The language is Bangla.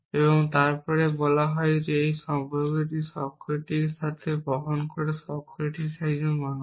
এবং তারপরে বলা যে এই সম্পর্কটি সক্রেটিসের সাথে কী বহন করে কারণ সক্রেটিস একজন মানুষ